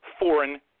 foreign